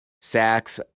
sacks